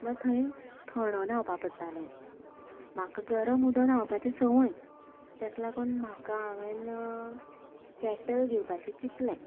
म्हळ्यार थंय थण न्हांवपा पडटालें म्हाका गरम उदक न्हांवपाची सवय तेका लागून म्हाका हांवेन केटल घेवपाची चिंतलें